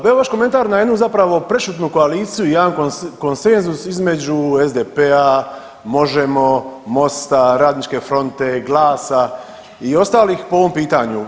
Bio je vaš komentar na jednu zapravo prešutnu koaliciju i jedan konsenzus između SDP-a, Možemo!, Mosta, Radničke fronte, GLAS-a i ostalih po ovom pitanju.